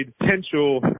potential